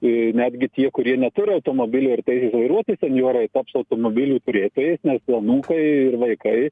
ir netgi tie kurie neturi automobilio ir teisės vairuoti senjorai taps automobilių turėtojai anūkai ir vaikai